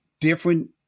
different